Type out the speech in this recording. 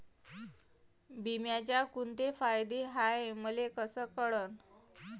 बिम्याचे कुंते फायदे हाय मले कस कळन?